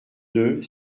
deux